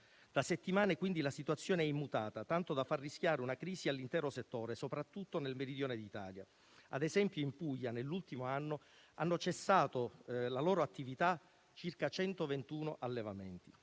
Da settimane la situazione è immutata, tanto da far rischiare la crisi all'intero settore, soprattutto nel Meridione d'Italia. Ad esempio in Puglia, nell'ultimo anno, hanno cessato la loro attività circa 121 allevamenti.